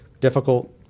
difficult